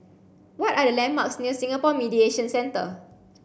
what are the landmarks near Singapore Mediation Centre